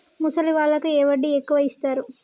ముసలి వాళ్ళకు ఏ వడ్డీ ఎక్కువ ఇస్తారు?